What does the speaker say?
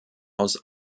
aus